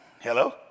Hello